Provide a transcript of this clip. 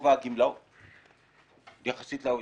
גובה הגמלאות יחסית ל-OECD.